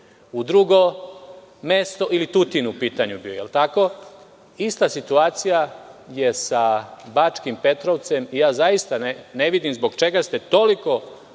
u drugo mesto, ili je Tutin bio u pitanju. Je li tako? Ista situacija je sa Bačkim Petrovcem. Zaista ne vidim zbog čega ste toliko